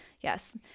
Yes